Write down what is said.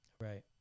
Right